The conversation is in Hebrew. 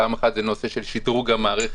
פעם אחת זה נושא של שדרוג המערכת,